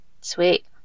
Sweet